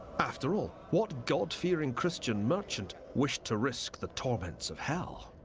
after all, what god-fearing christian merchant wished to risk the torments of hell?